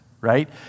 right